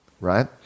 Right